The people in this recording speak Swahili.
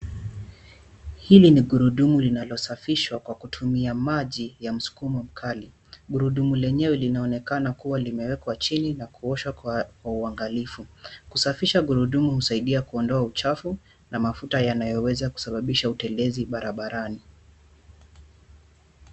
Hili ni gurudumu linalosafishwa kwa kutumia maji ya msukumo mkali. Gurudumu lenyewe linaonekana kuwa limewekwa chini na kuoshwa kwa uanagalifu. Kusafisha gurudumu husaidia kuondoa uchafu na mafuta yanayoweza kusababisha utelezi barabarani.